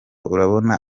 urabona